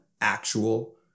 actual